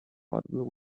affordable